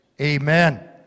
amen